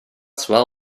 swell